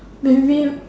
by the way